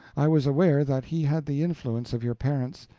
i was aware that he had the influence of your parents,